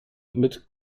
mit